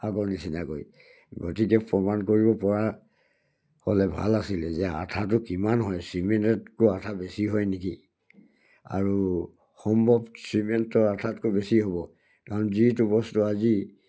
আগৰ নিচিনাকৈ গতিকে প্ৰমাণ কৰিব পৰা হ'লে ভাল আছিলে যে আঠাতো কিমান হয় চিমেণ্টতকৈ আঠা বেছি হয় নেকি আৰু সম্ভৱ ছিমেণ্টৰ আঠাতকৈ বেছি হ'ব কাৰণ যিটো বস্তু আজি